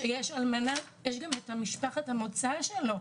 כשיש אלמנה יש גם את משפחת המוצא של ההרוג.